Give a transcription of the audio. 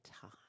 time